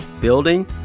building